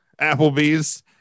Applebee's